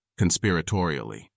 conspiratorially